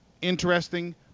interesting